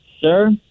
Sir